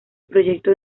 proyecto